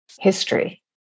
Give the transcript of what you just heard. history